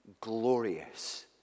glorious